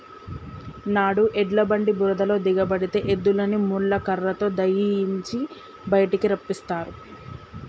నాడు ఎడ్ల బండి బురదలో దిగబడితే ఎద్దులని ముళ్ళ కర్రతో దయియించి బయటికి రప్పిస్తారు